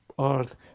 earth